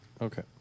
Okay